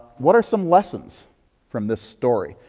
what are some lessons from this story?